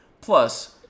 Plus